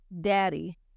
daddy